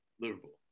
Liverpool